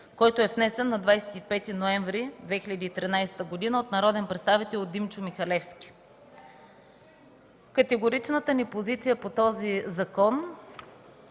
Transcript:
внесен на 25 ноември 2013 г. от народния представител Димчо Михалевски. Категоричната ни позиция по този закон